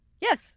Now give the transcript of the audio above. yes